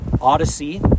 odyssey